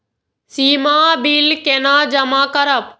सीमा bill केना जमा करब?